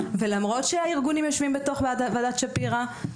ולמרות שהארגונים יושבים בתוך ועדת שפירא,